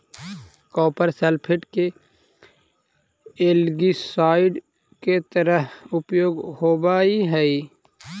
copper sulphate के algicide के तरह उपयोग होवऽ हई